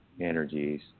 energies